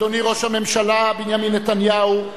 אדוני ראש הממשלה בנימין נתניהו,